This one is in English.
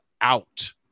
out